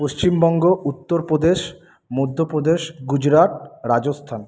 Paschimbanga Uttar Pradesh Madhya Pradesh Gujarat Rajasthan